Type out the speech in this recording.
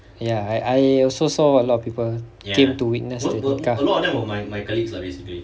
ya I I I also saw a lot of people came to witness the nikah